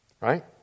Right